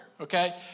okay